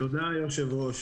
התקנות אושרו.